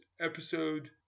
episode